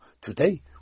Today